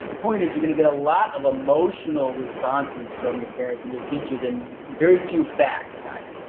point is, you're gonna get a lot of emotional responses from your parents and your teachers and very few facts, guys.